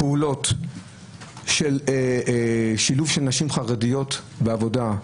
פעולות של שילוב נשים חרדיות בעבודה,